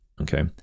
Okay